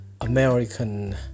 American